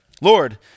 Lord